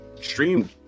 stream